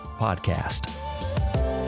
podcast